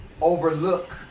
overlook